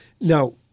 Now